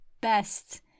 best